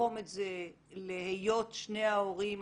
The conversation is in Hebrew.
נתחום את זה להיות שני ההורים הפרודים,